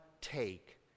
take